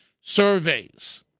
surveys